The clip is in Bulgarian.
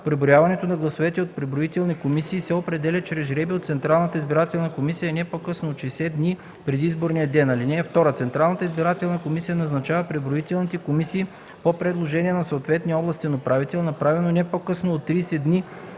преброяването на гласовете от преброителни комисии, се определят чрез жребий от Централната избирателна комисия не по-късно от 60 дни преди изборния ден. (2) Централната избирателна комисия назначава преброителните комисии по предложение на съответния областен управител, направено не по-късно от 30 дни